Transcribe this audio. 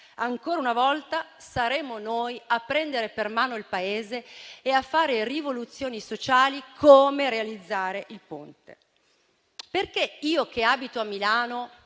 ancora una volta, saremo noi a prendere per mano il Paese e a fare rivoluzioni sociali, come realizzare il Ponte. Perché io che abito a Milano